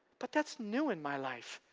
but that's new in my life.